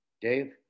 Dave